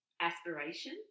aspiration